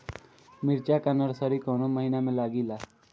मिरचा का नर्सरी कौने महीना में लागिला?